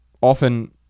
often